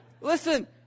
Listen